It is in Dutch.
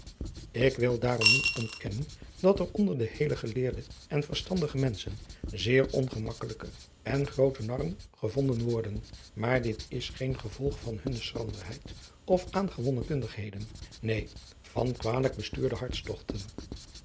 ik wil daarom niet ontkennen dat er onder de heele geleerde en verstandige menschen zeer ongemakkelijke en groote narren gevonden worden maar dit is geen gevolg van hunne schranderheid of aangewonnen kundigheden neen van kwalijk bestuurde hartstogten